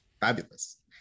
Fabulous